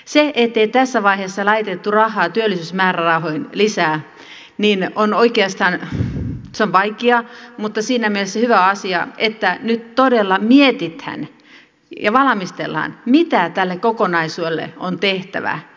se ettei tässä vaiheessa laitettu rahaa työllisyysmäärärahoihin lisää on oikeastaan vaikea mutta siinä mielessä hyvä asia että nyt todella mietitään ja valmistellaan mitä tälle kokonaisuudelle on tehtävä